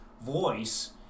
voice